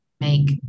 make